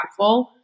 impactful